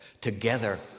together